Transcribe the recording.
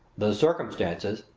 the circumstances,